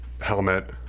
helmet